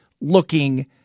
looking